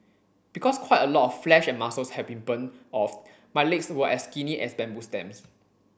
because quite a lot of flesh and muscles had been burnt off my legs were as skinny as bamboo stems